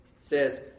says